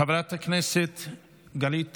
חברת הכנסת גלית